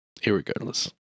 Irregardless